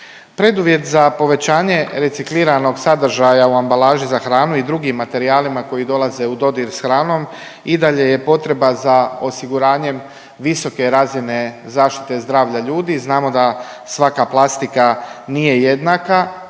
Preduvjet za povećanje recikliranog sadržaja u ambalaži za hranu i drugim materijalima koji dolaze u dodir s hranom i dalje je potreba za osiguranjem visoke razine zaštite zdravlja ljudi. Znamo da svaka plastika nije jednaka.